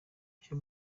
ibyo